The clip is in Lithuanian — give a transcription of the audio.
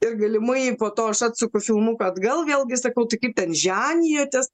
ir galimai po to aš atsuku filmuką atgal vėlgi sakau tai kaip ten ženijotės